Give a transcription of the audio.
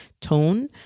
tone